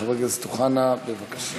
חבר הכנסת אוחנה, בבקשה.